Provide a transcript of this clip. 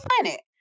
planet